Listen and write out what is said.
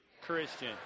Christian